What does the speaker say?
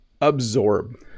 Absorb